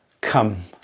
come